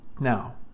Now